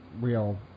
real